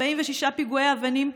46 פיגועי אבנים,